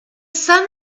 sun